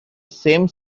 same